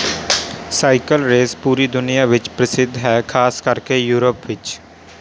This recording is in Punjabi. ਸਾਈਕਲ ਰੇਸ ਪੂਰੀ ਦੁਨੀਆ ਵਿੱਚ ਪ੍ਰਸਿੱਧ ਹੈ ਖਾਸ ਕਰਕੇ ਯੂਰਪ ਵਿੱਚ